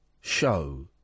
show